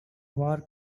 war